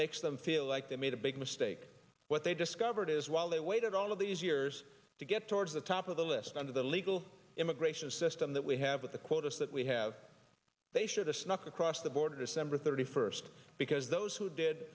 makes them feel like they made a big mistake what they discovered is while they waited all of these years to get towards the top of the list under the legal immigration system that we have with the quotas that we have they should have snuck across the border december thirty first because those who did